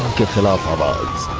a lot about